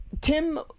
tim